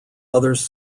others